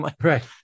right